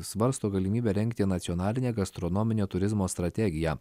svarsto galimybę rengti nacionalinę gastronominio turizmo strategiją